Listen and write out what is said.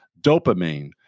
dopamine